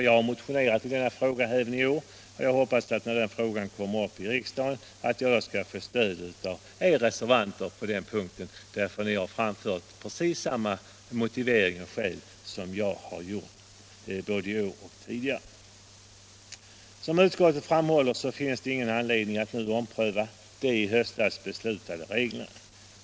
Jag har motionerat i denna fråga även i år, och jag hoppas att när frågan kommer upp i riksdagen få stöd av er reservanter på den punkten, för ni har framfört precis samma motiveringar som jag har gjort både i år och tidigare. Som utskottet framhåller finns det inte någon anledning att nu ompröva de i höstas beslutade reglerna.